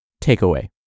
Takeaway